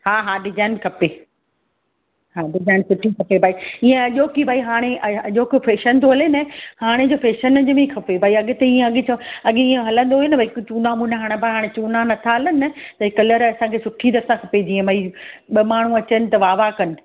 हा हा डिजाइन बि खपे हा डिजाइन सुठी खपे भई ईंअ अॼोकी भई हाणे अॼोको फ़ैशन तो हले न हाणे जो हाणे जो फ़ैशन जो बि खपे भई अॻिते इह अॻे त अॻे इह हलंदो हुओ न भई कुझु चूना वूना हलंदा हाणे चूना नथा हलनि न त हीअं कलर असांखे सुठी तरह सां खपे जीअं भई ॿ माण्हू अचनि त वाह वाह कन